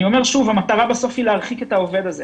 אני אומר שוב המטרה היא בסוף להרחיק את העובד הזה,